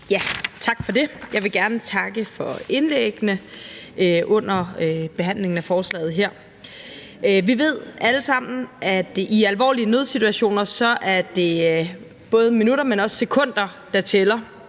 Tak for det. Jeg vil gerne takke for indlæggene under behandlingen af forslaget her. Vi ved alle sammen, at i alvorlige nødsituationer er det både minutter, men også sekunder, der tæller.